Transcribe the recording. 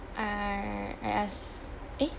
uh yes eh